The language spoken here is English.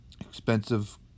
expensive